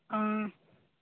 অঁ